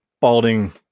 balding